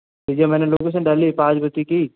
भैया मैंने लोकेशन डाली है पाँच बजे की